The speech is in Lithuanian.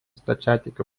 stačiatikių